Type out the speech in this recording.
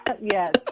yes